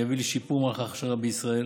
יביא לשיפור מערך ההכשרה בישראל